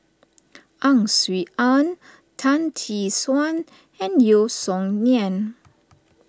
Ang Swee Aun Tan Tee Suan and Yeo Song Nian